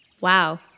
Wow